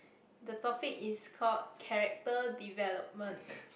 the topic is called character development